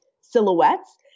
silhouettes